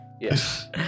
Yes